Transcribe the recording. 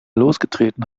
losgetreten